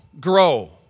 grow